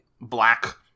black